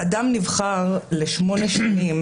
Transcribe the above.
אדם נבחר ל-8 שנים,